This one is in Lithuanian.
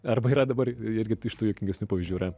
arba yra dabar irgi iš tų juokingesnių pavyzdžių yra